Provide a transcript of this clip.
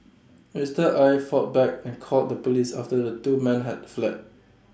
Mister Aye fought back and called the Police after the two men had fled